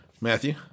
matthew